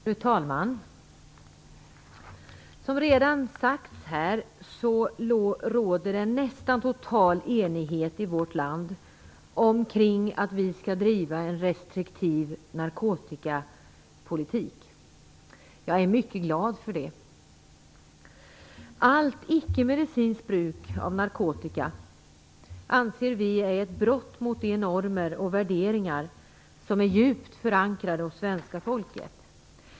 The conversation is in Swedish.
Fru talman! Som redan sagts här råder det nästan total enighet i vårt land om att vi skall driva en restriktiv narkotikapolitik. Jag är mycket glad för det. Allt icke-medicinskt bruk av narkotika anser vi är ett brott mot de normer och värderingar som är djupt förankrade hos svenska folket.